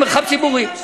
זה מרחב ציבורי.